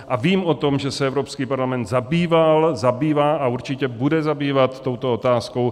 A vím o tom, že se Evropský parlament zabýval, zabývá a určitě bude zabývat touto otázkou.